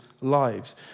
lives